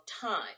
time